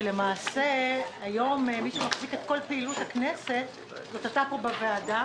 שלמעשה היום מי שמחזיק את כל פעילות הכנסת זה אתה פה בוועדה.